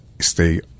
stay